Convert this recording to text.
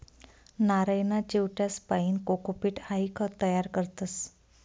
नारयना चिवट्यासपाईन कोकोपीट हाई खत तयार करतस